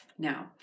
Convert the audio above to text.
Now